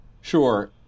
Sure